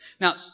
Now